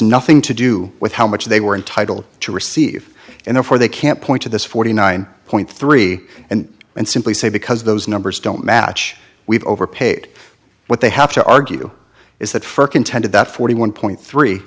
nothing to do with how much they were entitled to receive and therefore they can't point to this forty nine point three and and simply say because those numbers don't match we've overpaid what they have to argue is that first contended that forty one point three